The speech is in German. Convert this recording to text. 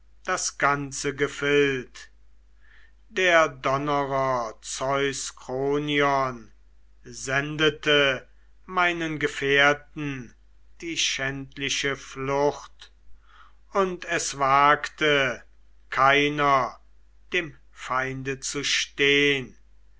das ganze gefild der donnerer zeus kronion sendete meinen gefährten die schändliche flucht und es wagte keiner dem feinde zu stehn